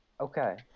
Okay